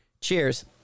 Cheers